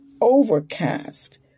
overcast